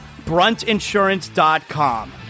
bruntinsurance.com